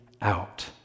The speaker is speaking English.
out